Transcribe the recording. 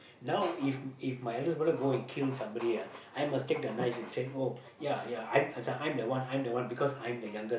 now if if my elder brother go and kill somebody ah I must take the knife and say oh ya ya I'm I'm the one I'm the one because I'm the youngest